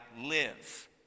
live